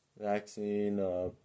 vaccine